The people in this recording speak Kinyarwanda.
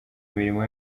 imirimo